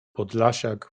podlasiak